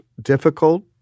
difficult